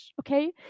okay